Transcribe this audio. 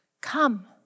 Come